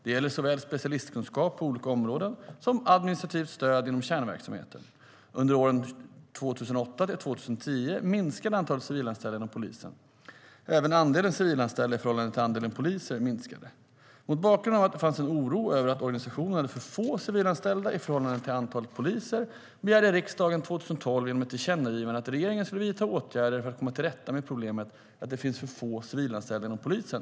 Det gäller såväl specialistkunskap på olika områden som administrativt stöd inom kärnverksamheten. Under åren 2008-2010 minskade antalet civilanställda inom polisen. Även andelen civilanställda i förhållande till andelen poliser minskade. Mot bakgrund av att det fanns en oro över att organisationen hade för få civilanställda i förhållande till antalet poliser begärde riksdagen 2012 genom ett tillkännagivande att regeringen skulle vidta åtgärder för att komma till rätta med problemet att det finns för få civilanställda inom polisen.